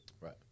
Right